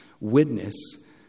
witness